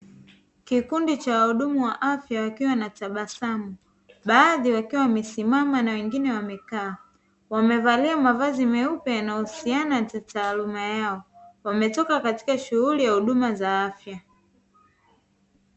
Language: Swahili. Kikundi cha wahudumu wa afya wakiwa na tabasamu baadhi wakiwa wamesimama na wengine wamekaa, wamevalia mavazi meupe yanayohusiana na taaluma yao wametoka katika shughuli ya huduma za afya.